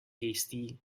hasty